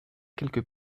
quelques